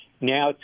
Now